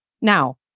Now